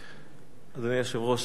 אדוני היושב-ראש, אדוני השר,